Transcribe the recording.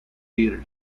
theater